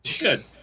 Good